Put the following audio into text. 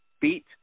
beat